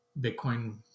Bitcoin